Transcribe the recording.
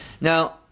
now